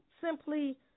simply